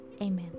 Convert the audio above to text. Amen